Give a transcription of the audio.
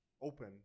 open